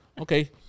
okay